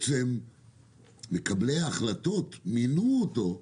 שמקבלי ההחלטות מינו אותו.